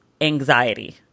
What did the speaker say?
anxiety